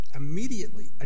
immediately